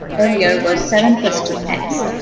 earlier was seven plus two x,